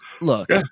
look